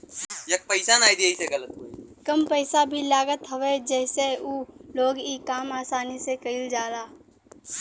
कम पइसा भी लागत हवे जसे उ लोग इ काम आसानी से कईल जाला